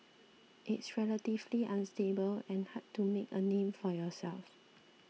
it's relatively unstable and hard to make a name for yourself